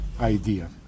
idea